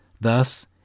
Thus